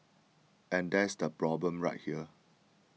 and that's the problem right there